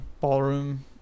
ballroom